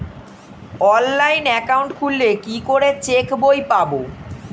Online account খুললে কি করে চেক বই পাব?